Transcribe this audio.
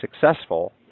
successful